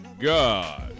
God